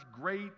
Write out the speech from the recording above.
great